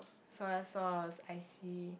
soy sauce I see